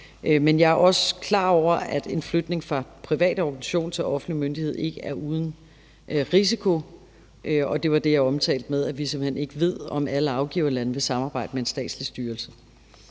Men jeg er også klar over, at en flytning fra en privat organisation til en offentlig myndighed ikke er uden risiko, og det var det, jeg omtalte med, at vi simpelt hen ikke ved, om alle afgiverlande vil samarbejde med en statslig styrelse.